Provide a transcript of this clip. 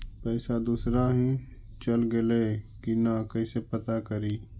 पैसा दुसरा ही चल गेलै की न कैसे पता करि?